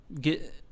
Get